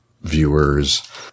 viewers